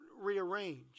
rearrange